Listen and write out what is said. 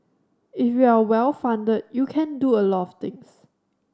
if you are well funded you can do a lot things